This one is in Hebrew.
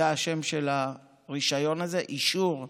זה השם של הרישיון הזה, אישור רעלים,